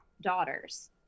daughters